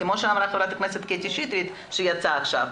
כפי שאמרה ח"כ שטרית שיצאה עכשיו,